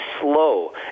slow